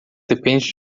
depende